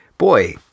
Boy